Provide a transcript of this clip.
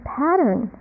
pattern